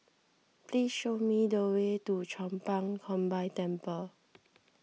please show me the way to Chong Pang Combined Temple